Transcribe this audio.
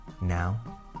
Now